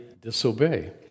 disobey